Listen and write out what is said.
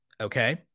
okay